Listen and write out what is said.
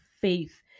faith